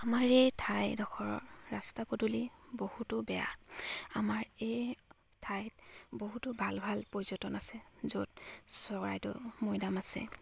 আমাৰ এই ঠাইডোখৰ ৰাস্তা পদূলি বহুতো বেয়া আমাৰ এই ঠাইত বহুতো ভাল ভাল পৰ্যটন আছে য'ত চৰাইদেউ মৈদাম আছে